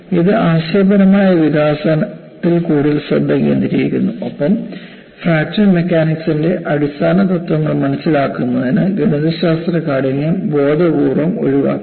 ഇത് ആശയപരമായ വികാസത്തിൽ കൂടുതൽ ശ്രദ്ധ കേന്ദ്രീകരിക്കുന്നു ഒപ്പം ഫ്രാക്ചർ മെക്കാനിക്സിന്റെ അടിസ്ഥാന തത്ത്വങ്ങൾ മനസ്സിലാക്കുന്നതിന് ഗണിതശാസ്ത്ര കാഠിന്യം ബോധപൂർവ്വം ഒഴിവാക്കുന്നു